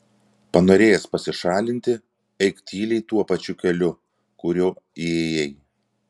panorėjęs pasišalinti eik tyliai tuo pačiu keliu kuriuo įėjai